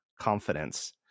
confidence